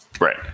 Right